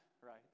right